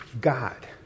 God